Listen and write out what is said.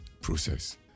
process